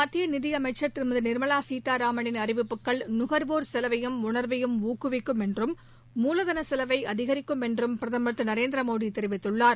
மத்திய நிதி அமைச்சள் திருமதி நிாமலா சீதாராமவின் அறிவிப்புகள் நுகா்வோா் செலவையும் உண்வையும் ஊக்குவிக்கும் என்றும் மூலதன செலவை அதிகரிக்கும் என்றும் பிரதமர் திரு நரேந்திரமோடி தெரிவித்துள்ளார்